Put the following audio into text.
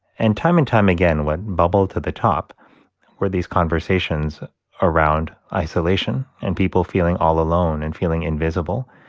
and time and time again, what bubbled to the top where these conversations around isolation and people feeling all alone and feeling invisible.